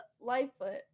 Lightfoot